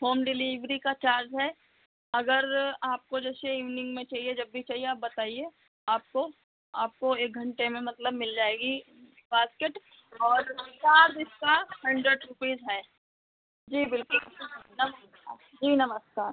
home delivery का charge है अगर आपको जैसे ईवनिंग में चाहिए जब भी चाहिए आप बताइए आपको आपको एक घंटे में मतलब मिल जाएगी बास्केट और चार्ज इसका हन्ड्रेड रुपीज़ है जी बिल्कुल जी नमस्कार